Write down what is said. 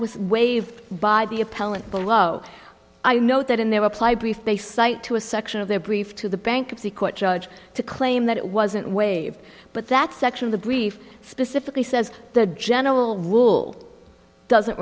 was waived by the appellant below i note that in their apply brief they cite to a section of their brief to the bankruptcy court judge to claim that it wasn't waive but that section the brief specifically says the general rule doesn't